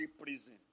prison